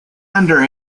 under